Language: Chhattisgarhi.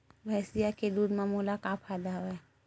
भैंसिया के दूध म मोला का फ़ायदा हवय?